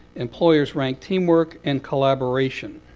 employers ranked team work and collaboration